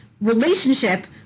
relationship